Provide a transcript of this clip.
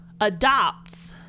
adopts